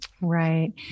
Right